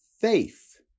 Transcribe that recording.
faith